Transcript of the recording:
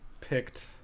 picked